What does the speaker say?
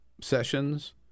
Sessions